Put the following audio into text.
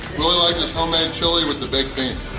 really like this homemade chili with the baked beans!